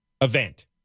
event